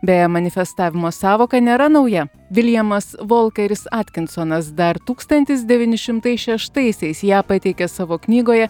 beje manifestavimo sąvoka nėra nauja viljamas volteris atkinsonas dar tūkstantis devyni šimtai šeštaisiais ją pateikė savo knygoje